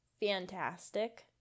fantastic